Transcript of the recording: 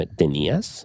tenías